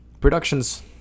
production's